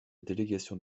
délégation